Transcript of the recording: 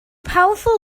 powerful